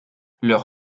leur